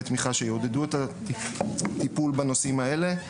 תמיכה שיעודדו את הטיפול בנושאים האלה.